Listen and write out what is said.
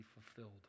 fulfilled